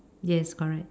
yes correct